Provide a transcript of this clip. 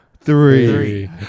three